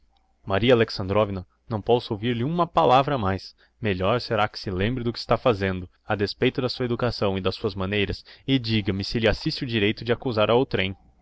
maria alexandrovna não posso ouvir-lhe uma palavra mais melhor será que se lembre do que está fazendo a despeito da sua educação e das suas maneiras e diga-me se lhe assiste o direito de accusar a outrem